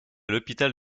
l’hôpital